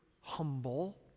humble